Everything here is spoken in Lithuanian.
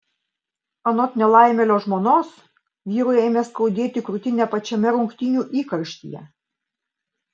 anot nelaimėlio žmonos vyrui ėmė skaudėti krūtinę pačiame rungtynių įkarštyje